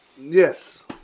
yes